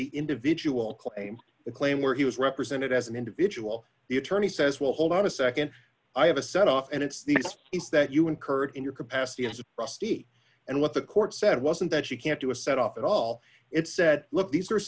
the individual claim a claim where he was represented as an individual the attorney says well hold on a nd i have a set off and it's these is that you incurred in your capacity as a trustee and what the court said wasn't that you can't do a set off at all it said look these are